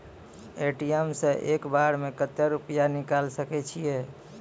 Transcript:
ATM सऽ एक बार म कत्तेक रुपिया निकालि सकै छियै?